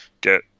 get